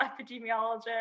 epidemiologist